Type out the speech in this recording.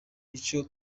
ico